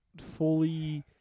fully